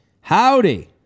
Howdy